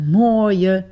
mooie